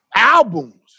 Albums